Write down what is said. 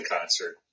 concert